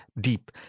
deep